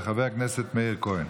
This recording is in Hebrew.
של חבר הכנסת מאיר כהן.